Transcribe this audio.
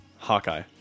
Hawkeye